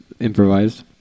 improvised